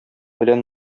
белән